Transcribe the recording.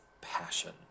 passion